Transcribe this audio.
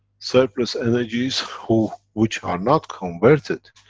surplus energies who. which are not converted,